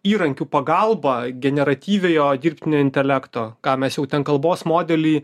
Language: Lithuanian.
įrankių pagalba generatyviojo dirbtinio intelekto ką mes jau ten kalbos modelį